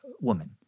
woman